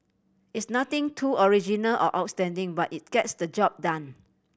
it's nothing too original or outstanding but it gets the job done